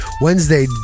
Wednesday